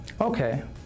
Okay